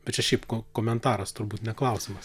bet čia šiaip ko komentaras turbūt ne klausimas